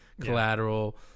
Collateral